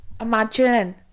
imagine